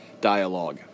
dialogue